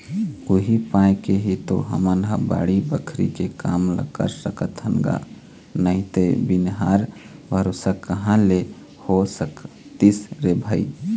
उही पाय के ही तो हमन ह बाड़ी बखरी के काम ल कर सकत हन गा नइते बनिहार भरोसा कहाँ ले हो सकतिस रे भई